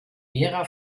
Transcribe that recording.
vera